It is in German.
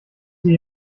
sie